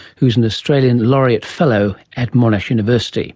who is an australian laureate fellow at monash university